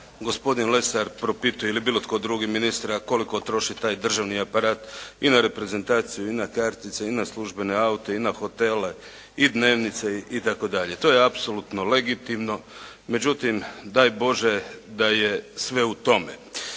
gospodin Lesar propituje ili bilo tko drugi ministra koliko troši taj državni aparat i na reprezentaciju i na kartice i na službene aute i na hotele i dnevnice itd. To je apsolutno legitimno, međutim daj Bože da je sve u tome.